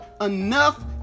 enough